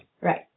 Right